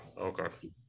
Okay